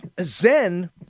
Zen